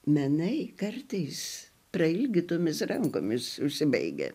menai kartais prailgytomis rankomis užsibaigia